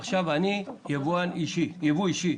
בייבוא אישי.